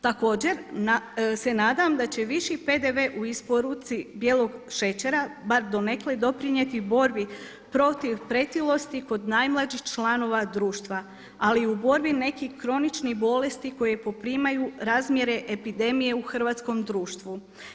Također se nadam da će viši PDV u isporuci bijelog šećera bar donekle doprinijeti borbi protiv pretilosti kod najmlađih članova društva, ali i u borbi nekih kroničnih bolesti koje poprimaju razmjere epidemije u hrvatskom društvu.